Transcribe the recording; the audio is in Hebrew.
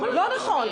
לא נכון.